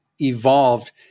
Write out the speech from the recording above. evolved